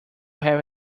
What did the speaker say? have